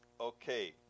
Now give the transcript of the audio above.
okay